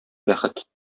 бәхет